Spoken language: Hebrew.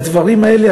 והדברים האלה,